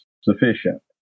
sufficient